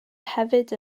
hefyd